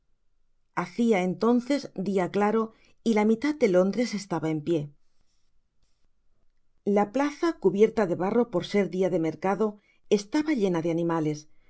hacia entonces dia claro y la mitad de londres estaba en pié la plaza cubierta de barro por ser dia de mercado estaba llena de animales